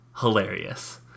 hilarious